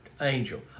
angel